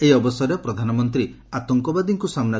ଏହି ଅବସରରେ ପ୍ରଧାନମନ୍ତୀ ଆତଙ୍କବାଦୀଙ୍କୁ ସାମୁ